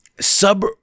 Sub